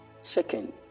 second